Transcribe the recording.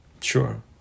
Sure